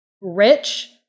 rich